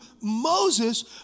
Moses